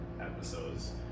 Episodes